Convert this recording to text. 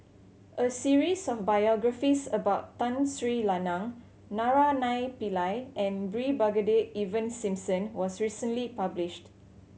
a series of biographies about Tun Sri Lanang Naraina Pillai and Brigadier Ivan Simson was recently published